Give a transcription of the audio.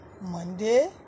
Monday